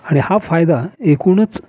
आणि हा फायदा एकूणच